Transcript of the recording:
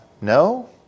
No